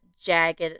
jagged